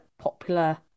popular